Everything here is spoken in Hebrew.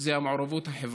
זה המעורבות החברתית.